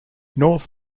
north